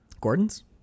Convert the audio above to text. Gordon's